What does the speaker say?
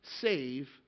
save